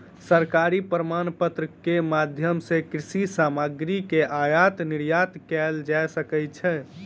सरकारी प्रमाणपत्र के माध्यम सॅ कृषि सामग्री के आयात निर्यात कयल जा सकै छै